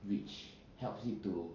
which helps him to